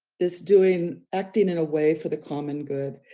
this doing acting in a way for the common good.